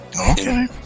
Okay